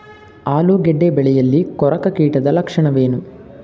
ಆಲೂಗೆಡ್ಡೆ ಬೆಳೆಯಲ್ಲಿ ಕೊರಕ ಕೀಟದ ಲಕ್ಷಣವೇನು?